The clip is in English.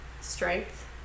strength